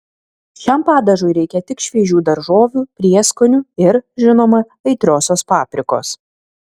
šiam padažui reikia tik šviežių daržovių prieskonių ir žinoma aitriosios paprikos